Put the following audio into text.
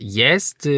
jest